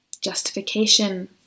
Justification